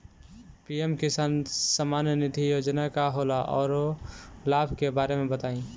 PM किसान सम्मान निधि योजना का होला औरो लाभ के बारे में बताई?